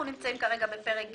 אנחנו נמצאים כרגע בפרק ג',